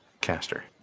Caster